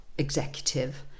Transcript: executive